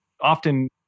often